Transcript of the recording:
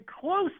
close